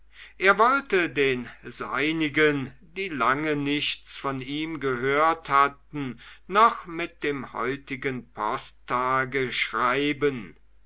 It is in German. er wollte den seinigen die lange nichts von ihm gehört hatten noch mit dem heutigen posttage schreiben